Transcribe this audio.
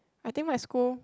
I think my school